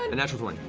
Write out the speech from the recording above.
and natural twenty.